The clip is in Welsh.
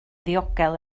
ddiogel